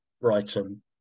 brighton